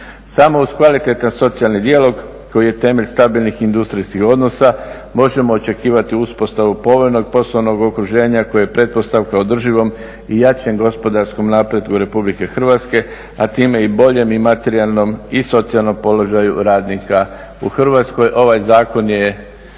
Samo uz kvalitetan socijalni dijalog koji je temelj stabilnih industrijskih odnosa možemo očekivati uspostavu povoljnog poslovnog okruženja koje je pretpostavka održivom i jačem gospodarskom napretku RH, a time boljem i materijalnom i socijalnom položaju radnika u Hrvatskoj. Ovaj zakon je